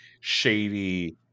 shady